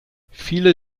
viele